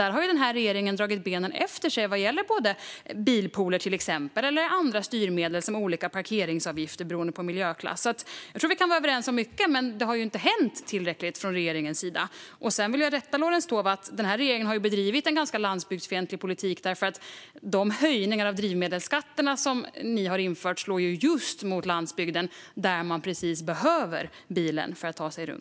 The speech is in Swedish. Där har den här regeringen dragit benen efter sig när det gäller till exempel bilpooler eller andra styrmedel såsom olika parkeringsavgifter beroende på miljöklass. Vi kan nog vara överens om mycket, men det har ju inte hänt tillräckligt från regeringens sida. Sedan vill jag rätta Lorentz Tovatt. Den här regeringen har bedrivit en ganska landsbygdsfientlig politik. De höjningar av drivmedelsskatterna som ni införde slår just mot landsbygden, där man behöver bilen för att ta sig fram.